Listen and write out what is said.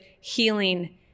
healing